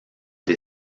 des